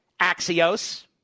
Axios